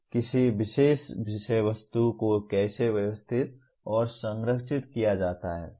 किसी विशेष विषय वस्तु को कैसे व्यवस्थित और संरचित किया जाता है